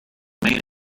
made